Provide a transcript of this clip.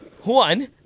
one